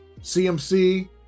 CMC